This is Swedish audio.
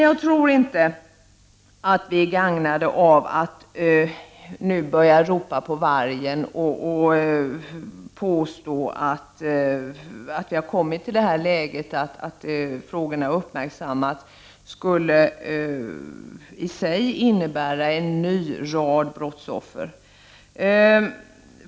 Jag tror inte att vi är gagnade av att nu börja ropa på vargen och påstå att vi har kommit till ett läge där det faktum att frågorna uppmärksammas i sig skulle innebära en ny rad brottsoffer.